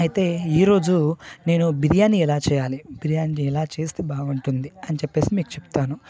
అయితే ఈరోజు నేను బిర్యానీ ఎలా చేయాలో బిర్యానీ ఎలా చేస్తే బాగుంటుంది అని చెప్పి మీకు చెప్తాను